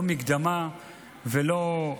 לא מקדמה ולא,